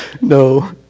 No